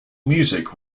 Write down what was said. music